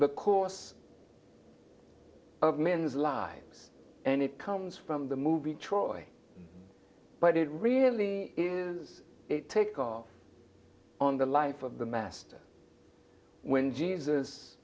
the course of men's lives and it comes from the movie troy but it really is a takeoff on the life of the master when jesus